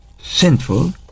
sinful